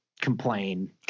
complain